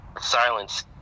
silence